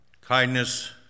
kindness